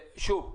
שוב,